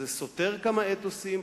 זה סותר כמה אתוסים,